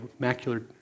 macular